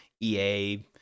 ea